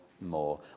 more